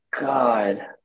God